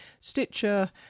stitcher